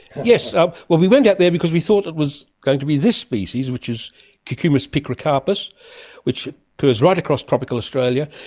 yes. so we went out there because we thought it was going to be this species, which is cucumis picrocarpus which goes right across tropical australia,